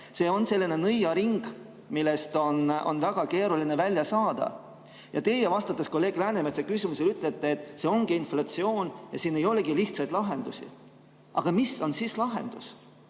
See on selline nõiaring, millest on väga keeruline välja saada. Ja teie, vastates kolleeg Läänemetsa küsimusele, ütlete, et see ongi inflatsioon ja siin ei olegi lihtsaid lahendusi. Aga mis on siis lahendus?